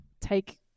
take